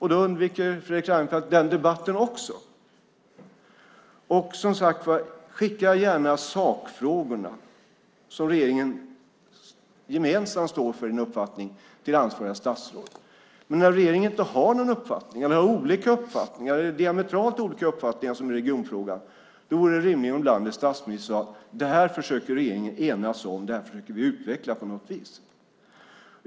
Så undviker Fredrik Reinfeldt den debatten också. Som sagt var, skicka gärna sakfrågorna där regeringen gemensamt står för en uppfattning till det ansvariga statsrådet! Men om regeringen inte har någon uppfattning, har olika uppfattningar, eller diametralt olika uppfattningar som i regionfrågan, vore det rimligare om landets statsminister sade: Det här försöker regeringen enas om. Det här försöker vi utveckla på något vis.